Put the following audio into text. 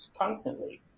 constantly